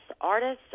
artists